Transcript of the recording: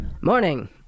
Morning